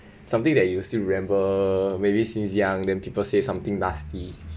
something that you still remember maybe since young then people say something nasty